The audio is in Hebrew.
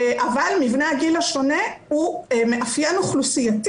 אבל מבנה הגיל השונה הוא מאפיין אוכלוסייתי